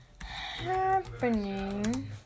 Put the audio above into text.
happening